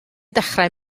dechrau